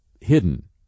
hidden